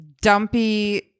dumpy